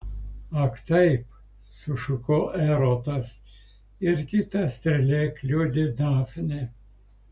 ak taip sušuko erotas ir kita strėle kliudė dafnę